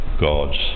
God's